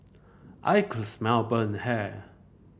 I could smell burnt hair